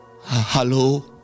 Hello